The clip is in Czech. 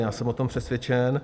Já jsem o tom přesvědčen.